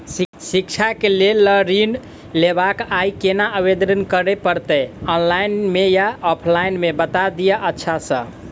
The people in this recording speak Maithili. शिक्षा केँ लेल लऽ ऋण लेबाक अई केना आवेदन करै पड़तै ऑनलाइन मे या ऑफलाइन मे बता दिय अच्छा सऽ?